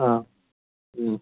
ꯑꯪ ꯎꯝ